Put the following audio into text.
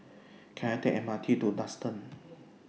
Can I Take M R T to Duxton